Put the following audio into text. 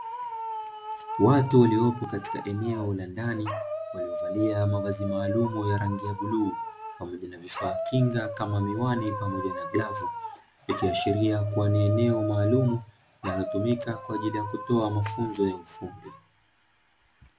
Watu waliopo katika eneo la ndani waliovalia mavazi maalumu ya rangi ya bluu, pamoja na vifaa kinga kama miwani pamoja na grovu yakiashiria kuwa ni eneo maalumu linalotumika kwa ajili ya kutoa mafunzo ya ufundi.